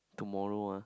tomorrow ah